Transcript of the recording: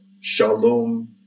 Shalom